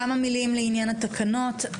כמה מילים לעניין התקנות.